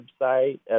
website